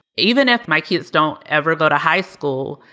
even if my kids don't ever go to high school,